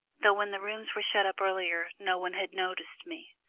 though when the rooms were shut up earlier no one had noticed me.